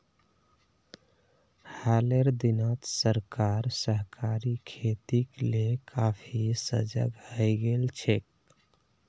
हालेर दिनत सरकार सहकारी खेतीक ले काफी सजग हइ गेल छेक